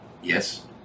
Yes